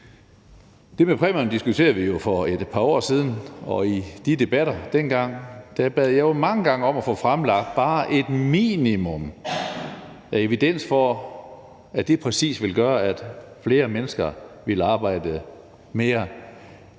Det med præmierne diskuterede vi jo for et par år siden, og i de debatter dengang bad jeg jo mange gange om at få fremlagt bare et minimum af evidens for, at det præcis ville gøre, at flere mennesker ville arbejde mere,